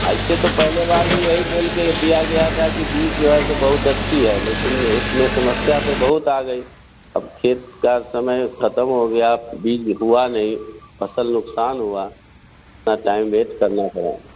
ऐसे तो पहले बार भी यही बोल के दिया गया था कि बीज जो है ऐसी बहुत अच्छी है लेकिन उसमें समस्या तो बहुत आ गई अब खेत का समय ख़त्म हो गया अब बीज हुआ नहीं फ़सल का नुकसान हुआ कितना टाइम वेस्ट करना पड़ा